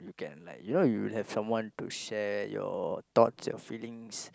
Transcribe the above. you can like you know you have someone to share your thoughts your feelings